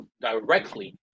directly